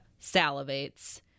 salivates